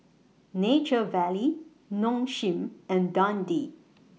Nature Valley Nong Shim and Dundee